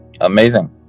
amazing